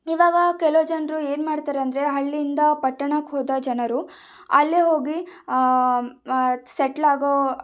ಈವಾಗ ಕೆಲೋ ಜನರು ಏನ್ಮಾಡ್ತಾರೆ ಅಂದರೆ ಹಳ್ಳಿಂದ ಪಟ್ಟಣಕ್ಕೆ ಹೋದ ಜನರು ಅಲ್ಲೇ ಹೋಗಿ ಸೆಟ್ಲಾಗೋ